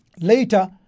Later